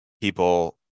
people